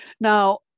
Now